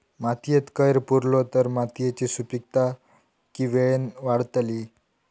मातयेत कैर पुरलो तर मातयेची सुपीकता की वेळेन वाडतली?